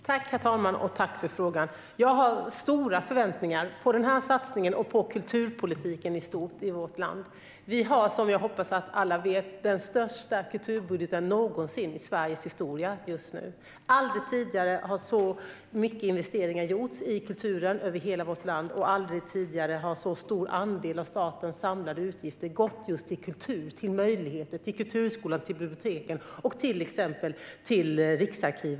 Herr talman! Tack för frågan! Jag har stora förväntningar på denna satsning och på kulturpolitiken i stort i vårt land. Vi har, som jag hoppas att alla vet, den största kulturbudgeten någonsin i Sveriges historia just nu. Aldrig tidigare har så mycket investeringar gjorts i kulturen över hela vårt land, och aldrig tidigare har en så stor andel av statens samlade utgifter gått just till kultur. De går till möjligheter, till kulturskolan, till biblioteken och till exempelvis Riksarkivet.